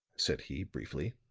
said he, briefly.